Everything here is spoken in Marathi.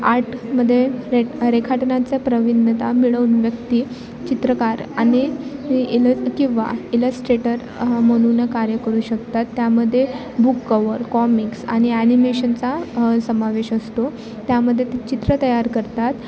आर्टमध्ये रे रेखाटनाचा प्रवीणता मिळवून व्यक्ती चित्रकार आणि इल किंवा इलस्ट्रेटर म्हणून कार्य करू शकतात त्यामध्ये बुक कवर कॉमिक्स आणि ॲनिमेशनचा समावेश असतो त्यामध्ये ते चित्र तयार करतात